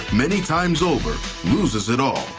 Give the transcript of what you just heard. many times over loses it all.